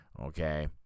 Okay